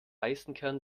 eisenkern